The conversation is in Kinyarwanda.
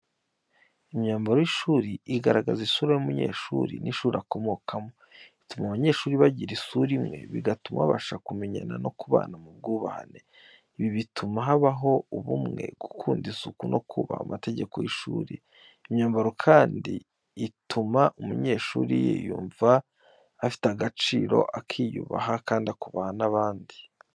Imyambaro y’ishuri igaragaza isura y’umunyeshuri n’ishuri akomokamo. Ituma abanyeshuri bagira isura imwe, bigatuma babasha kumenyana no kubana mu bwubahane. Ibi butuma habaho ubumwe, gukunda isuku no kubaha amategeko y’ishuri. Imyambaro kandi ituma umunyeshuri yiyumva afite agaciro, akiyubaha kandi akubaha n'abandi.